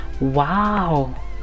wow